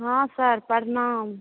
हां सर प्रणाम